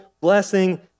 blessing